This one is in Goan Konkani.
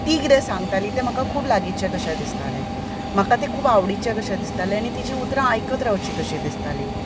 ती कितें सांगतालीं तें म्हाका खूब लागींचें कशें दिसतालें म्हाका तें खूब आवडीचें कशें दिसतालें आनी तिची उतरां आयकत रावचीं कशीं दिसतालीं